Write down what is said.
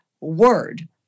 word